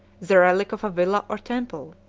the relic of a villa or temple.